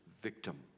victim